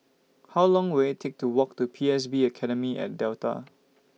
How Long Will IT Take to Walk to P S B Academy At Delta